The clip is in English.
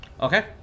Okay